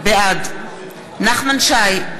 בעד נחמן שי,